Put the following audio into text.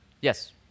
Yes